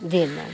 देलहुँ